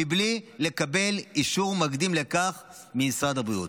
מבלי לקבל אישור מקדים לכך ממשרד הבריאות.